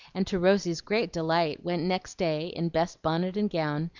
and to rosy's great delight went next day, in best bonnet and gown,